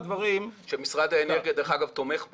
שדרך אגב, משרד האנרגיה תומך בה.